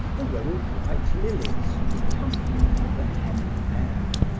a row of white lillies recumbent in the heavy air.